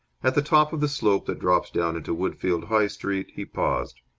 at the top of the slope that drops down into woodfield high street he paused.